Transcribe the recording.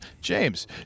james